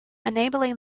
enabling